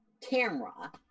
camera